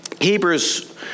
Hebrews